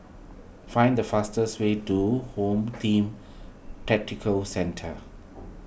find the fastest way to Home Team Tactical Centre